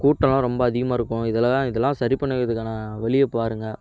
கூட்டமெலாம் ரொம்ப அதிகமாக இருக்கும் இதில் தான் இதெல்லாம் சரி பண்ணுறதுக்கான வழியை பாருங்க